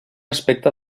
aspecte